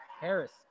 Harris